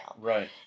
Right